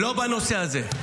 לא בנושא הזה.